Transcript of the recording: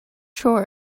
sure